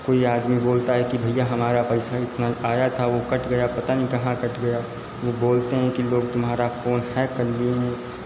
कोई आदमी बोलता है कि भैया हमारा पैसा इतना आया था वह कट गया पता नहीं कहाँ कट गया वह बोलते हैं कि लोग तुम्हारा फ़ोन हैक कर लिए हैं